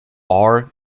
are